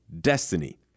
destiny